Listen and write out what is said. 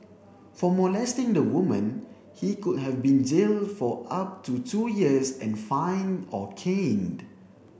for molesting the woman he could have been jailed for up to two years and fined or caned